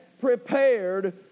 prepared